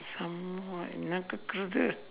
some what என்னா கேட்குறது:ennaa keetkurathu